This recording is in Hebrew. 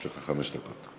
יש לך חמש דקות.